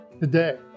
today